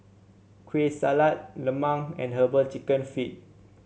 Kueh Salat lemang and herbal chicken feet